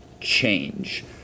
change